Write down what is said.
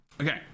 Okay